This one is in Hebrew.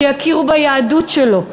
שיכירו ביהדות שלו,